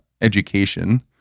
education